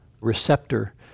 receptor